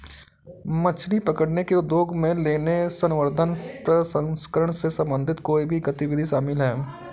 मछली पकड़ने के उद्योग में लेने, संवर्धन, प्रसंस्करण से संबंधित कोई भी गतिविधि शामिल है